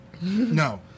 No